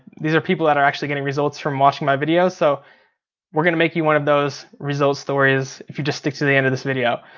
these are people that are actually getting results from watching my videos. so we're gonna make you one of those result stories, if you just stick to the end of this video.